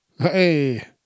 Hey